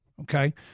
Okay